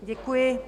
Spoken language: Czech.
Děkuji.